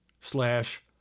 slash